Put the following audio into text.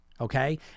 Okay